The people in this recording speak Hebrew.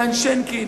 גן שינקין.